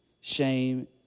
shame